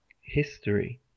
history